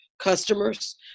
customers